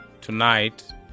tonight